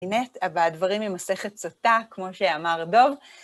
הנה הדברים ממסכת סוטה, כמו שאמר דוב.